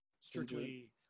Strictly